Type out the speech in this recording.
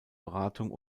beratung